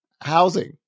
housing